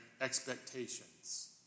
expectations